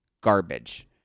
Garbage